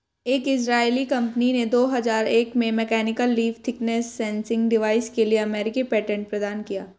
एक Israeli company ने दो हजार एक में mechanical leaf thickness sensing device के लिए अमेरिकी पेटेंट प्रदान किया